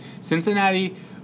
Cincinnati